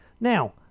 Now